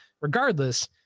regardless